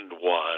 one